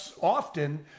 often